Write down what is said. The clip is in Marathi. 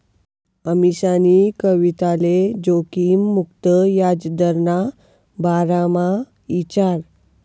अमीशानी कविताले जोखिम मुक्त याजदरना बारामा ईचारं